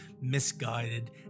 misguided